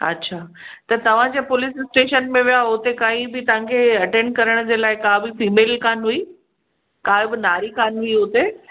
अच्छा तव्हां छा पुलिस स्टेशन में विया उते काई बि तव्हां खे अटैन करण जे लाइ का बि फ़ीमेल कोन हुई का बि नारी कोन हुई हुते